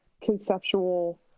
conceptual